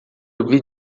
ouvi